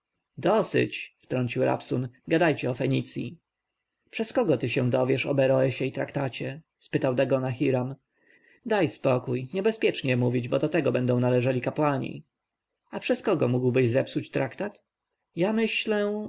dosyć wtrącił rabsun gadajcie o fenicji przez kogo ty się dowiesz o beroesie i traktacie spytał dagona hiram daj spokój niebezpiecznie mówić bo do tego będą należeli kapłani a przez kogo mógłbyś zepsuć traktat ja myślę